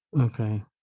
Okay